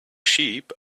sheep